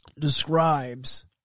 Describes